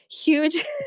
huge